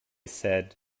said